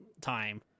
time